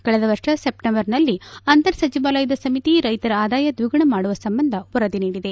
ಕಳೆದ ವರ್ಷ ಸೆಪ್ಲೆಂಬರ್ನಲ್ಲಿ ಅಂತರ ಸಚಿವಾಲಯದ ಸಮಿತಿ ರೈತರ ಆದಾಯ ದ್ವಿಗುಣ ಮಾಡುವ ಸಂಬಂಧ ವರದಿ ನೀಡಿದೆ